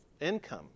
income